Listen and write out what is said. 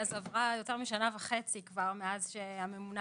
אז עברה יותר משנה וחצי כבר מאז שהממונה